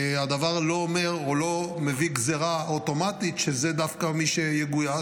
הדבר לא אומר או לא מביא גזרה אוטומטית שזה דווקא מי שיגויס.